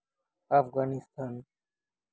Afghanistan